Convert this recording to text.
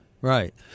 right